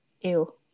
Ew